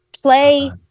play